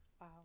wow